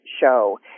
show